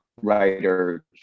writer